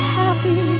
happy